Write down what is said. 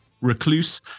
Recluse